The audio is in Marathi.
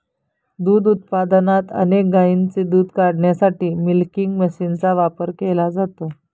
दूध उत्पादनात अनेक गायींचे दूध काढण्यासाठी मिल्किंग मशीनचा वापर केला जातो